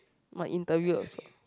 must interview also